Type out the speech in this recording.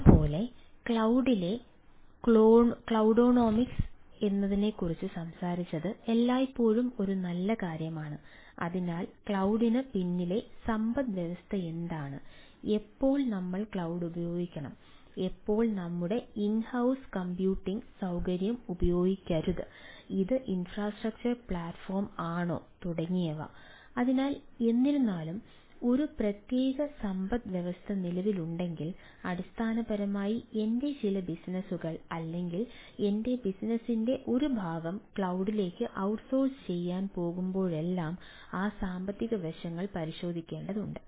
അതുപോലെ ക്ലൌഡിലെ ക്ലൌഡോണമിക്സ് ചെയ്യാൻ പോകുമ്പോഴെല്ലാം ആ സാമ്പത്തിക വശങ്ങൾ പരിശോധിക്കേണ്ടതുണ്ട്